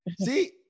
See